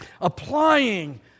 applying